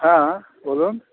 হ্যাঁ বলুন